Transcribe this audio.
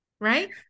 Right